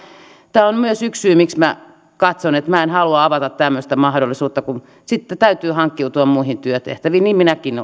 tämä on myös yksi syy miksi minä katson että minä en halua avata tämmöistä mahdollisuutta sitten täytyy hankkiutua muihin työtehtäviin niin minäkin